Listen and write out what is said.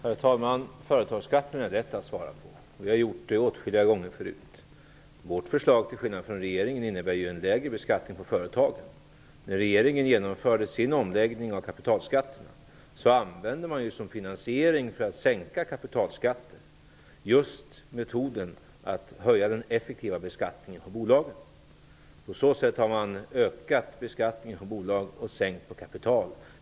Herr talman! Frågan om företagsskatten är lätt att svara på, och jag har gjort det åtskilliga gånger förut. Vårt förslag innebär -- till skillnad från regeringens -- en lägre beskattning av företagen. När regeringen genomförde sin omläggning av kapitalskatten använde man just metoden att höja den effektiva beskattningen på bolagen för att finansiera sänkningen av kapitalskatten. På så sätt har man ökat beskattningen av bolag och sänkt den för kapital.